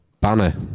Banner